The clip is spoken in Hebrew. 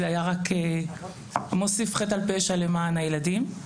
זה היה רק מוסיף חטא על פשע למען הילדים.